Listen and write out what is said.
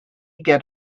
get